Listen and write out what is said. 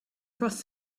crossed